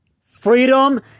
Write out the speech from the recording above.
freedom